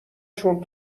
چون